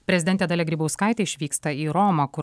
prezidentė dalia grybauskaitė išvyksta į romą kur